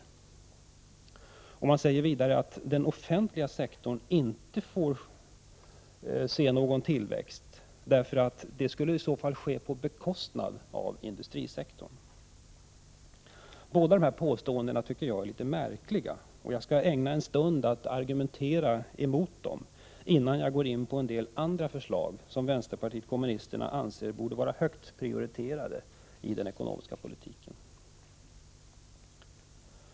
Socialdemokraterna säger vidare att en utbyggnad av den offentliga sektorn inte får ske eftersom den skulle ske på bekostnad av industrisektorn. Båda dessa påståenden är litet märkliga. Jag skall ägna en stund åt att argumentera emot dem innan jag går in på en del andra förslag som vänsterpartiet kommunisterna anser borde vara högt prioriterade i den ekonomiska politiken.